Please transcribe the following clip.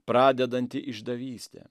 pradedanti išdavystė